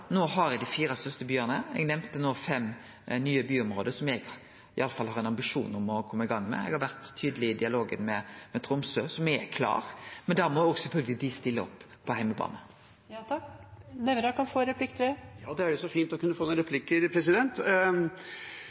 har det no i dei fire største byane, og eg nemnde no fem nye byområde som eg iallfall har ein ambisjon om å kome i gang med. Eg har vore tydeleg i dialogen med Tromsø, som er klare, men da må sjølvsagt dei stille opp på heimebane. Representanten Nævra kan få en tredje replikk. Ja, det er så fint å kunne få noen replikker, president. Byvekstavtalene er én ting, det